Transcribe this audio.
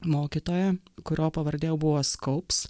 mokytoją kurio pavardė buvo skalps